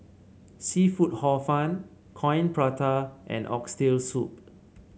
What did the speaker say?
seafood Hor Fun Coin Prata and Oxtail Soup